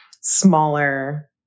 smaller